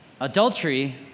adultery